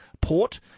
port